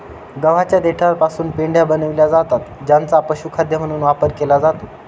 गव्हाच्या देठापासून पेंढ्या बनविल्या जातात ज्यांचा पशुखाद्य म्हणून वापर केला जातो